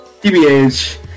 TBH